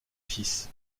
fils